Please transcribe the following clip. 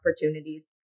opportunities